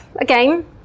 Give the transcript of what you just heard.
again